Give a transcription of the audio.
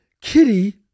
Kitty